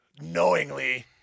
Knowingly